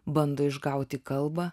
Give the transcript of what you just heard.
bando išgauti kalbą